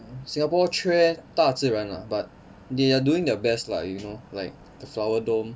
singapore 缺大自然 lah but they are doing their best lah you know like the flower dome